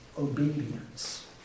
obedience